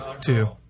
two